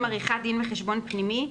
עם עריכת דין וחשבון פנימי,